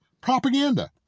propaganda